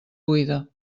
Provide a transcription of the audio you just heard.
buida